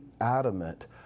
adamant